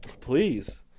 Please